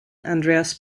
andreas